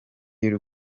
y’u